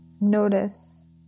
notice